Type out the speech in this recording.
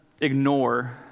ignore